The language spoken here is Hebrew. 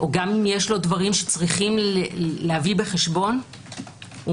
וגם אם יש דברים שיש להביא בחשבון הוא